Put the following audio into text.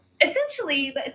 essentially